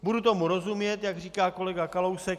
Budu tomu rozumět, jak říká kolega Kalousek.